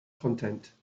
content